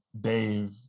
Dave